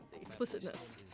explicitness